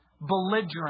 Belligerent